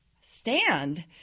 stand